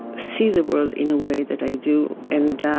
see the world in a way that i do. and a,